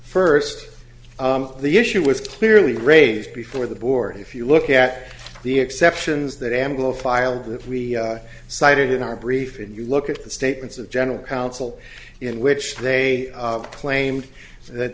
first the issue was clearly raised before the board if you look at the exceptions that anglo filed that we cited in our brief and you look at the statements of general counsel in which they claimed that